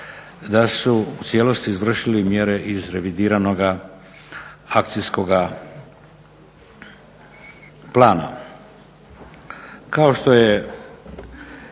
da su u cijelosti izvršili mjere iz revidiranoga akcijskoga plana.